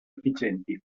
efficienti